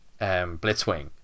blitzwing